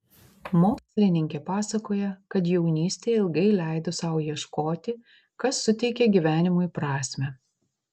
mokslininkė pasakoja kad jaunystėje ilgai leido sau ieškoti kas suteikia gyvenimui prasmę